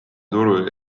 turul